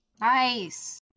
nice